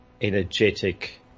energetic